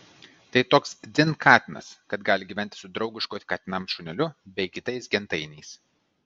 tai toks dzin katinas kad gali gyventi su draugišku katinams šuneliu bei kitais gentainiais